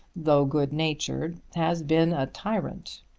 though good-natured, has been a tyrant.